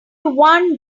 one